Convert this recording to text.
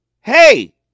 hey